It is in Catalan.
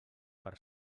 per